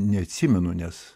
neatsimenu nes